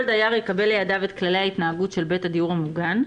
כל דייר יקבל לידיו את כללי ההתנהגות של בית הדיור המוגן,